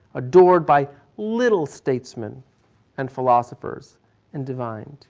adored by little statesmen and philosophers and divine.